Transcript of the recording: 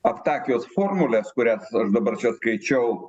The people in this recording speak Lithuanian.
aptakios formulės kurias dabar čia skaičiau